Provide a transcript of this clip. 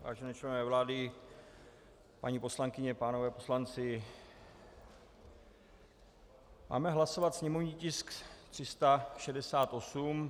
Vážení členové vlády, paní poslankyně, pánové poslanci, máme hlasovat sněmovní tisk 368.